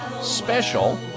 special